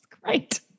great